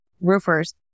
roofers